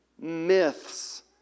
myths